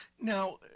Now